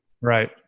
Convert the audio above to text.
Right